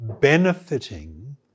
benefiting